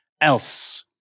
else